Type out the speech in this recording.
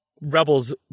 rebels